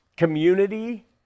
community